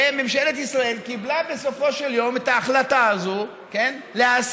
וממשלת ישראל קיבלה בסופו של יום את ההחלטה הזאת להסכים